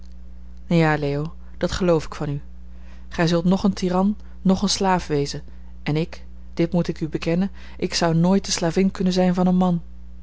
ja leo dat geloof ik van u gij zult noch een tiran noch een slaaf wezen en ik dit moet ik u bekennen ik zou nooit de slavin kunnen zijn van een man